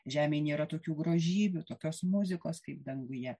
žemėj nėra tokių grožybių tokios muzikos kaip danguje